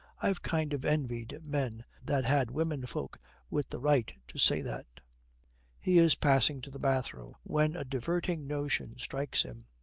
i've kind of envied men that had womenfolk with the right to say that he is passing to the bathroom when a diverting notion strikes him.